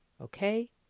Okay